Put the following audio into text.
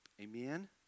Amen